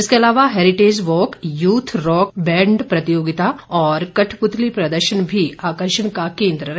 इसके अलावा heritage walk youth rock band प्रतियोगिता और कठपुतली प्रदर्शन भी आकर्षण का केन्द्र रहे